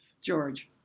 George